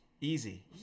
Easy